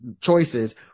choices